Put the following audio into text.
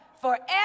Forever